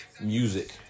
music